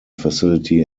facility